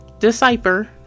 Decipher